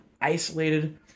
isolated